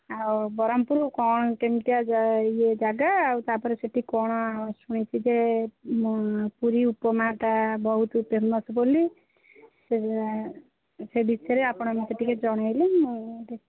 ଆଉ ବ୍ରହ୍ମପୁର କ'ଣ କେମିତିଆ ଜା ଇଏ ଜାଗା ଆଉ ତା'ପରେ ସେଇଠି କ'ଣ ଶୁଣିଛି ଯେ ମୁଁ ପୁରି ଉପମାଟା ବହୁତ ଫେମସ୍ ବୋଲି ସେ ସେ ବିଷୟରେ ଆପଣ ମୋତେ ଟିକିଏ ଜଣେଇଲେ ମୁଁ